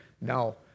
Now